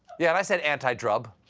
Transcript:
yeah, i said antidrug.